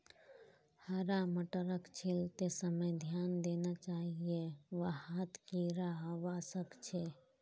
हरा मटरक छीलते समय ध्यान देना चाहिए वहात् कीडा हवा सक छे